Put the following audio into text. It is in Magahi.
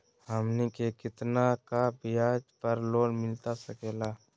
हमनी के कितना का ब्याज पर लोन मिलता सकेला?